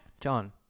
John